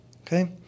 Okay